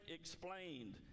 explained